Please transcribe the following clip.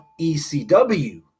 ECW